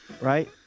right